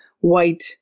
white